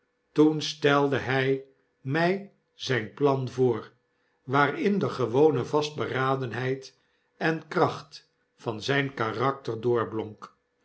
toen stelde hy my zyn plan voor waarin de fewone vastberadenheid en kracht van zyn